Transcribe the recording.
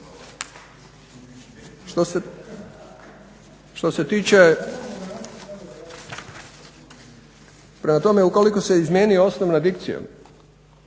Što se tiče, prema tome ukoliko se izmijeni osnovna dikcija